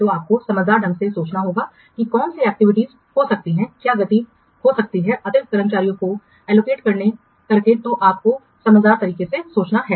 तो आपको समझदार ढंग से सोचना होगा कि कौन सी एक्टिविटीयां हो सकती हैं क्या गति हो सकती है अतिरिक्त कर्मचारियों को आवंटित करके तो आपको समझदार तरीके से सोचना है